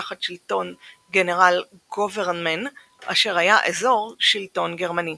תחת שלטון גנרלגוברנמן, אשר היה אזור שלטון גרמני.